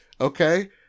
okay